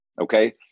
okay